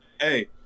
Hey